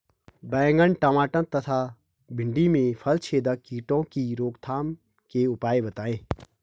बैंगन टमाटर तथा भिन्डी में फलछेदक कीटों की रोकथाम के उपाय बताइए?